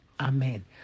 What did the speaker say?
Amen